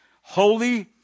holy